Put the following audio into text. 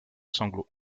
sanglots